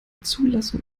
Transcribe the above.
zulassung